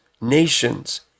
nations